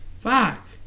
Fuck